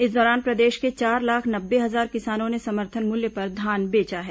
इस दौरान प्रदेश के चार लाख नब्बे हजार किसानों ने समर्थन मूल्य पर धान बेचा है